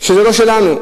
שזה לא שלנו.